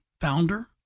founder